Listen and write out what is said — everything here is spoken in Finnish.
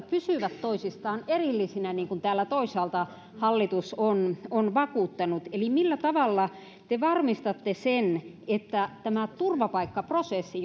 pysyvät toisistaan erillisinä niin kuin täällä toisaalta hallitus on on vakuuttanut eli millä tavalla te varmistatte sen että tämä turvapaikkaprosessi